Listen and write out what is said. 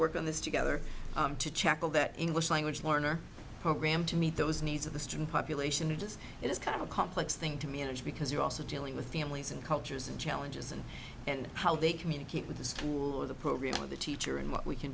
work on this together to check all that english language learner program to meet those needs of the student population are just it's kind of a complex thing to me and it's because you're also dealing with families and cultures and challenges and and how they communicate with the school or the program of the teacher and what we can